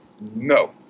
No